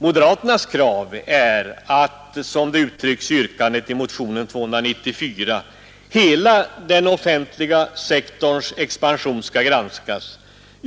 Moderaternas krav är att — som det uttryckts i yrkandet i motionen 294 — hela den offentliga sektorns expansion skall granskas.